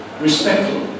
respectful